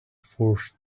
force